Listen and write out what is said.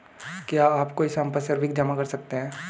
क्या आप कोई संपार्श्विक जमा कर सकते हैं?